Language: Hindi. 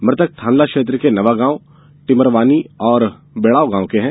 मृतक थांदला क्षेत्र के नवागांव टिमरवानी और बेड़ाव गांव के हैं